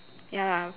ya lah